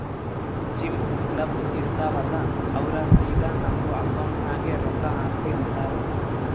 gym, club, ಇರ್ತಾವ್ ಅಲ್ಲಾ ಅವ್ರ ಸಿದಾ ನಮ್ದು ಅಕೌಂಟ್ ನಾಗೆ ರೊಕ್ಕಾ ಹಾಕ್ರಿ ಅಂತಾರ್